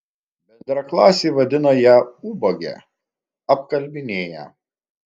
bendraklasiai vadina ją ubage apkalbinėja